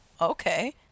okay